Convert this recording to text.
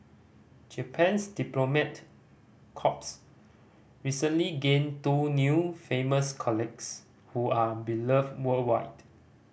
Japan's diplomat corps recently gained two new famous colleagues who are beloved worldwide